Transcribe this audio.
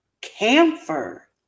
camphor